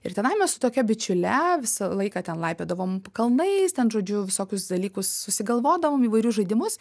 ir tenai mes su tokia bičiule visą laiką ten laipiodavom kalnais ten žodžiu visokius dalykus susigalvodavom įvairius žaidimus